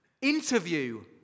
interview